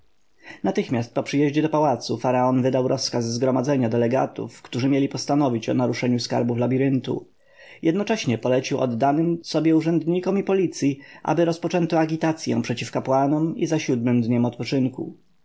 natychmiast po przyjeździe do pałacu faraon wydał rozkaz zgromadzenia delegatów którzy mieli postanowić o naruszeniu skarbów labiryntu jednocześnie polecił oddanym sobie urzędnikom i policji aby rozpoczęto agitację przeciw kapłanom i za siódmym dniem odpoczynku